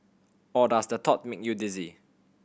or does the thought make you dizzy